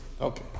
Okay